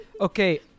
Okay